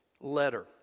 letter